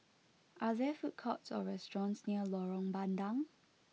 are there food courts or restaurants near Lorong Bandang